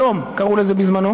"קורבנות שלום" קראו לזה בזמנו.